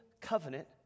covenant